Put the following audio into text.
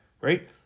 Right